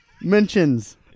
mentions